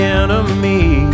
enemy